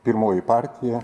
pirmoji partija